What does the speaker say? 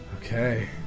Okay